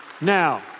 Now